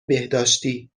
بهداشتی